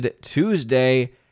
Tuesday